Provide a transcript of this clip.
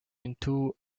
into